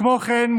כמו כן,